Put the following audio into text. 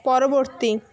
পরবর্তী